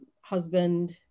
husband